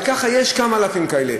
וככה יש כמה אלפים כאלה,